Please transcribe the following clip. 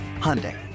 Hyundai